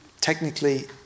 technically